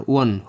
one